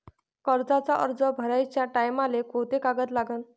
कर्जाचा अर्ज भराचे टायमाले कोंते कागद लागन?